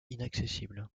inaccessibles